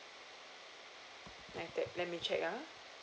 N_I_T_E_C let me check ah